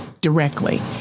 directly